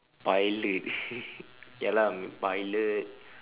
pilot ya lah pilot